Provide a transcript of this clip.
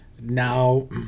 Now